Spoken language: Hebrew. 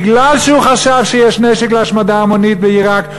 מכיוון שהוא חשב שיש נשק להשמדה המונית בעיראק,